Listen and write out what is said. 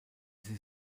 sie